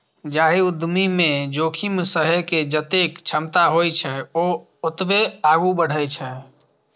जाहि उद्यमी मे जोखिम सहै के जतेक क्षमता होइ छै, ओ ओतबे आगू बढ़ै छै